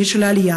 הציוני של העלייה,